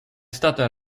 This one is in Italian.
stata